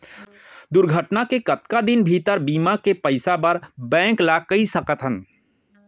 दुर्घटना के कतका दिन भीतर बीमा के पइसा बर बैंक ल कई सकथन?